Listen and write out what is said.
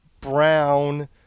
Brown